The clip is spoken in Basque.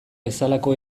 bezalako